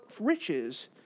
riches